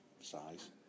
size